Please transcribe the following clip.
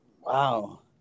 Wow